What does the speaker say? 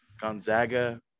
Gonzaga